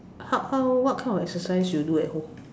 how how what kind of exercise you do at home